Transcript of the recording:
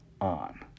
on